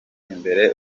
imbere